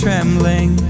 Trembling